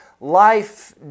life